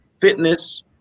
fitness